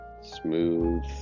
smooth